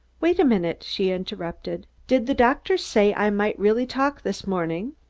wait a minute! she interrupted. did the doctor say i might really talk this morning?